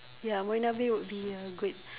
ya Marina-bay would be uh good